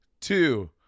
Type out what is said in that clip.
two